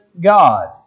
God